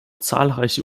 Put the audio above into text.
zahlreiche